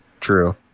True